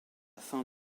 fin